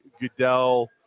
Goodell